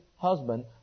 husband